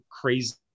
crazy